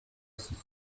six